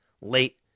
late